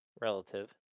Relative